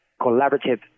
collaborative